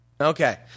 Okay